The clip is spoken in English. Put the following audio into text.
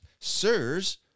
Sirs